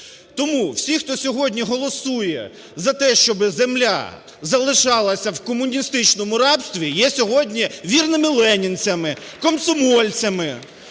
Тому всі, хто сьогодні голосує за те, щоби земля залишалася в комуністичному рабстві, є сьогодні вірними ленінцями, комсомольцями